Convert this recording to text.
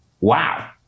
Wow